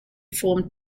formed